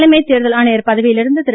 தலைமை தேர்தல் ஆணையர் பதவியில் இருந்து திரு